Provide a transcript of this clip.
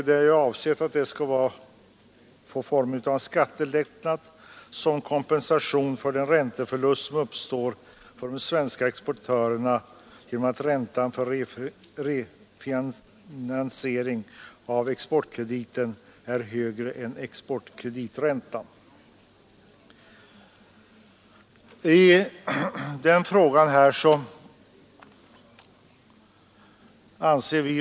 Det är avsett att få formen av en skattelättnad som kompensation för den ränteförlust som uppstår för de svenska exportörerna genom att räntan för redovisning av exportkrediten är högre än exportkrediträntan.